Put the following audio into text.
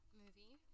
movie